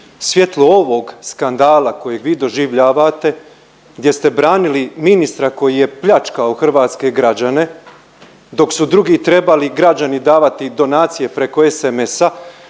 svjetlu ovog skandala kojeg vi doživljavate gdje ste branili ministra koji je pljačkao hrvatske građene dok su drugi trebali građani davati donacije preko SMS-a